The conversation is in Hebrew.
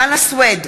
חנא סוייד,